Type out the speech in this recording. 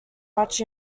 much